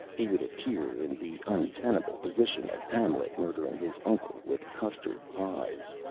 he would appear in the untenable position of hamlet murdering his uncle with custard pies.